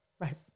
Right